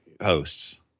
hosts